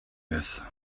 this